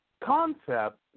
concept